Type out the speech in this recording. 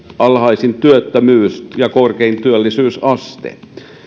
alhaisin työttömyys ja korkein työllisyysaste